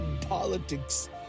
politics